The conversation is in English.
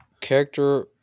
character